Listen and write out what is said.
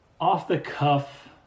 off-the-cuff